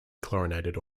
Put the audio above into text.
chlorinated